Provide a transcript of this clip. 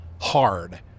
hard